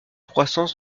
croissance